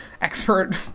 expert